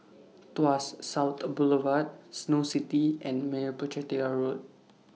Tuas South Boulevard Snow City and Meyappa Chettiar Road